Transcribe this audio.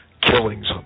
Killings